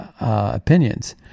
opinions